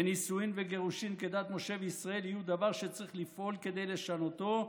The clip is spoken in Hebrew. ונישואים וגירושים כדת משה וישראל יהיו דבר שצריך לפעול כדי לשנותו.